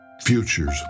Futures